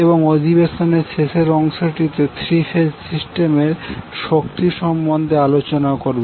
এবং অধিবেশনের শেষের অংশটিতে থ্রি ফেজ সিস্টেমের শক্তি সম্বন্ধে আলোচনা করবো